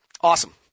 Awesome